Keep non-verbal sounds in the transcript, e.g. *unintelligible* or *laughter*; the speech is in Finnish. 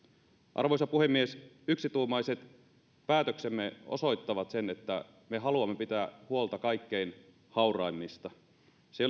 arvoisa puhemies yksituumaiset päätöksemme osoittavat sen että me haluamme pitää huolta kaikkein hauraimmista se *unintelligible*